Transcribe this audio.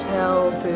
help